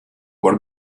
what